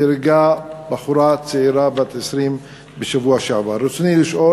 בשבוע שעבר נהרגה בחורה צעירה בת 20. רצוני לשאול: